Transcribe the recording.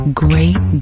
great